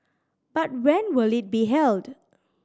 but when will it be held